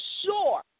sure